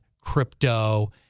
crypto